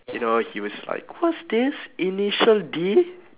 you know he was like what's this initial D